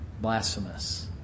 Blasphemous